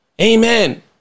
Amen